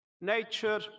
nature